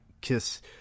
kiss